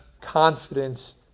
confidence